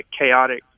chaotic